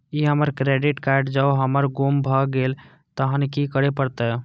ई हमर credit card जौं हमर गुम भ गेल तहन की करे परतै?